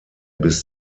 bis